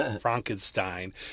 Frankenstein